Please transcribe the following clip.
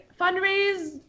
fundraise